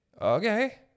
Okay